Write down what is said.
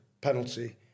penalty